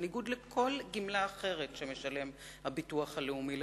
בניגוד לכל גמלה אחרת שמשלם הביטוח הלאומי,